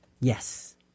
Yes